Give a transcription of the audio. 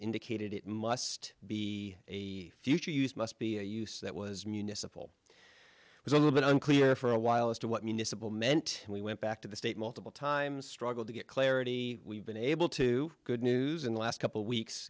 indicated it must be a future use must be a use that was municipal was a little bit unclear for a while as to what municipal meant and we went back to the state multiple times struggled to get clarity we've been able to good news in the last couple of weeks